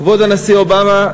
כבוד הנשיא אובמה,